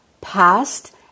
past